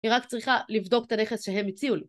היא רק צריכה לבדוק את הנכס שהם הציעו לו